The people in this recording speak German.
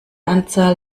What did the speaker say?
anzahl